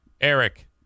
eric